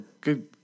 good